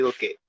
Okay